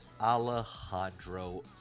Alejandro